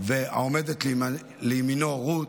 והעומדת לימינו, רות,